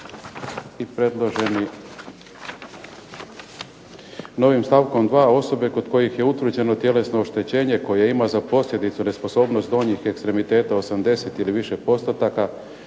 o leasingu. Novim stavkom 2. osobe kod kojih je utvrđeno tjelesno oštećenje koje ima za posljedicu nesposobnost donjih ekstremiteta 80 ili više postotaka